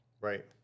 Right